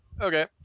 Okay